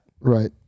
Right